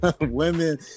women